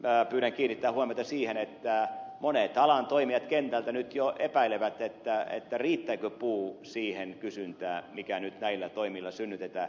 pyydän kiinnittämään huomiota siihen että monet alan toimijat kentältä nyt jo epäilevät riittääkö puu siihen kysyntään mikä nyt näillä toimilla synnytetään